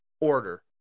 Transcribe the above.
order